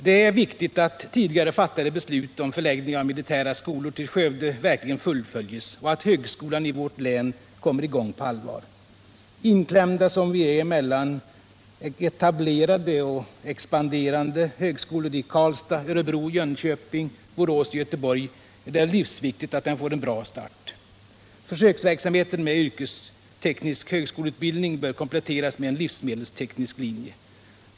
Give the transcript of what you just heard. Det är viktigt att tidigare fattade beslut om förläggning av militära skolor till Skövde verkligen fullföljs och att högskolan i vårt län kommer i gång på allvar. Inklämda som vi är mellan etablerade och expanderande högskolor i Karlstad, Örebro, Jönköping, Borås och Göteborg är det livsviktigt att den får en bra start. Försöksverksamheten med yrkesteknisk högskoleutbildning bör kompletteras med en livsmedelsteknisk linje.